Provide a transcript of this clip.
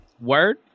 word